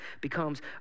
becomes